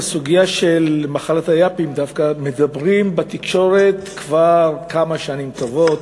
על הסוגיה של "מחלת היאפים" דווקא מדברים בתקשורת כבר כמה שנים טובות,